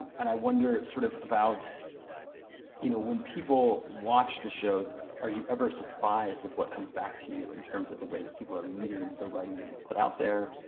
and i wonder sort of about you know when people watch the shows are you ever surprised with what comes back to you in terms of the way that people are reading the writing that you've put out there?